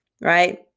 right